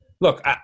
look